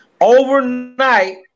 Overnight